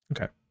Okay